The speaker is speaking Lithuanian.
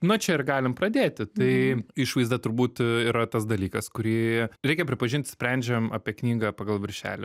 na čia ir galim pradėti tai išvaizda turbūt yra tas dalykas kurį reikia pripažint sprendžiam apie knygą pagal viršelį